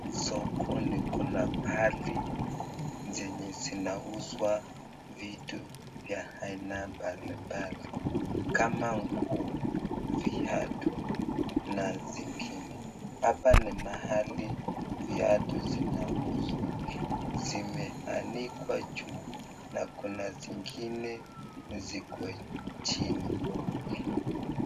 Soko Kuna pahali zenye zinauzwa vitu vya aina mbalimbali kama nguo, viatu na zingine. Hapa ni mahali viatu zinauzwa zimeanikwa juu na kuna zingine ziko chini.